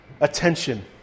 attention